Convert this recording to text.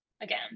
again